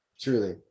truly